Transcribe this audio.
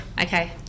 Okay